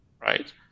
right